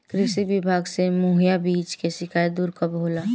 कृषि विभाग से मुहैया बीज के शिकायत दुर कब होला?